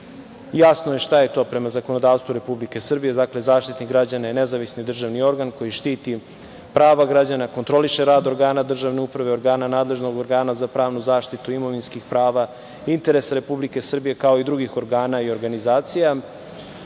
Jasno je šta je to prema zakonodavstvu Republike Srbije. Dakle, Zaštitnik građana je nezavisni državni organ koji štiti prava građana, kontroliše rad organa državne uprave, nadležnog organa za pravnu zaštitu imovinskih prava, interes Republike Srbije, kao i drugih organa i organizacija.